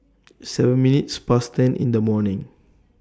seven minutes Past ten in The morning